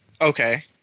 Okay